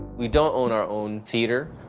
we don't own our own theater.